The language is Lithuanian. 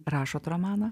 rašot romaną